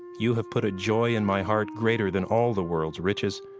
you have put a joy in my heart greater than all the world's riches.